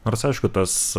nors aišku tas